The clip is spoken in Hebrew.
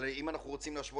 בחלק